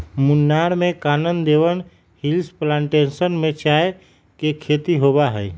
मुन्नार में Kanan Devan hills plantation में चाय के खेती होबा हई